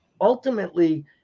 Ultimately